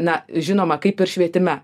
na žinoma kaip ir švietime